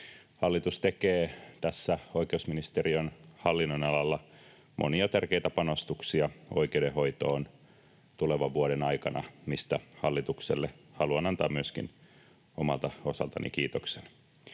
Hallitus tekee tässä oikeusministeriön hallinnonalalla monia tärkeitä panostuksia oikeudenhoitoon tulevan vuoden aikana, mistä hallitukselle haluan antaa myöskin omalta osaltani kiitoksen.